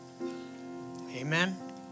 Amen